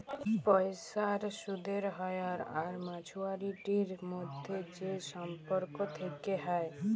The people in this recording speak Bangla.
পয়সার সুদের হ্য়র আর মাছুয়ারিটির মধ্যে যে সম্পর্ক থেক্যে হ্যয়